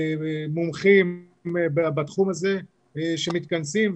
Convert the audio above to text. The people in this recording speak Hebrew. מומחים בתחום הזה שמתכנסים,